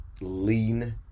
lean